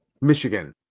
Michigan